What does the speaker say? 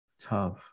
Tough